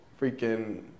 freaking